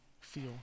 feel